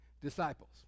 disciples